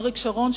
אריק שרון,